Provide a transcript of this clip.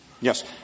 Yes